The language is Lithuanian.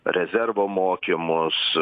rezervo mokymus